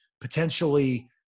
potentially